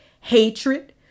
hatred